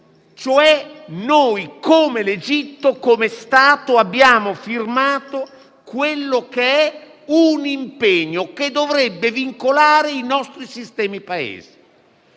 cioè, come l'Egitto, come Stato, abbiamo firmato un impegno che dovrebbe vincolare i nostri sistemi Paesi.